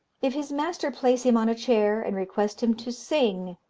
if his master place him on a chair, and request him to sing,